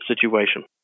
situation